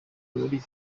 muri